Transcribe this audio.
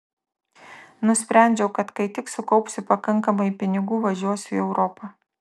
nusprendžiau kad kai tik sukaupsiu pakankamai pinigų važiuosiu į europą